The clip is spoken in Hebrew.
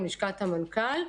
עם לשכת המנכ"ל.